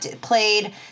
played